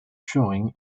showing